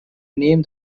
name